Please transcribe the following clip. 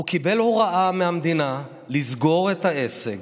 הוא קיבל הוראה מהמדינה לסגור את העסק,